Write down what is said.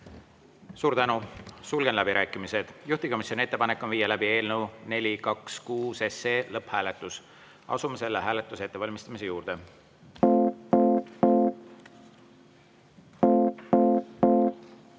Suur tänu! Sulgen läbirääkimised. Juhtivkomisjoni ettepanek on viia läbi eelnõu 426 lõpphääletus. Asume selle hääletuse ettevalmistamise juurde.